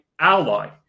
ally